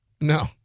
No